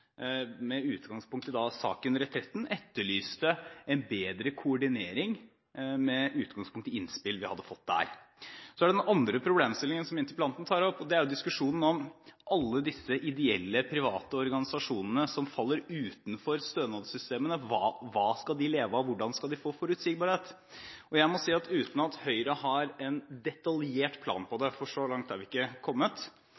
med utgangspunkt i saken Retretten og innspill vi hadde fått der, etterlyste en bedre koordinering. Så er den andre problemstillingen som interpellanten tar opp, diskusjonen om hva alle disse ideelle, private organisasjonene som faller utenfor stønadssystemene, skal leve av, og hvordan de skal få forutsigbarhet. Jeg må si, uten at Høyre har en detaljert plan for det,